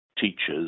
teachers